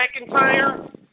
McIntyre